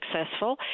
successful